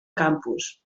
campus